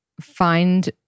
find